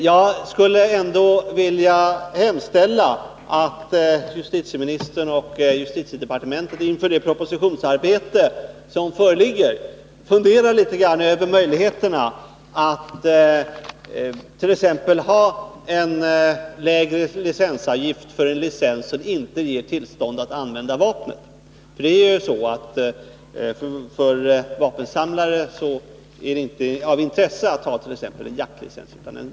Jag skulle vilja hemställa att justitieministern och justitiedepartementet inför det aktuella propositionsarbetet funderar litet över möjligheterna att t.ex. ha en lägre licensavgift för en licens som inte ger tillstånd att använda vapnet. För vapensamlare är det inte av intresse att ha t.ex. en jaktlicens.